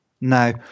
Now